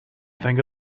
think